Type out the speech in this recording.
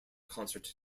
concert